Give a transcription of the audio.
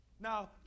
now